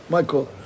Michael